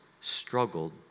struggled